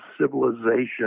civilization